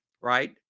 right